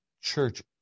church